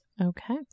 Okay